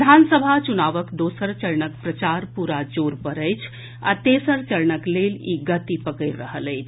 विधानसभा चुनावक दोसर चरणक प्रचार पूरा जोर पर अछि आ तेसर चरणक लेल ई गति पकड़ि रहल अछि